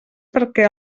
perquè